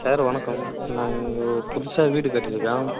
sir வணக்கம் இது நாங்கள் இங்கே புதுசாக வீடு கட்டியிருக்கோம்